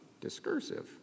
discursive